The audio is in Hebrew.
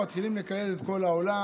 מתחילים לקלל את כל העולם,